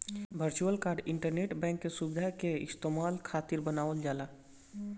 virtual card internet bank के सुविधा के इस्तेमाल खातिर बनावल जाला